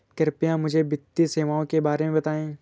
कृपया मुझे वित्तीय सेवाओं के बारे में बताएँ?